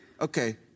Okay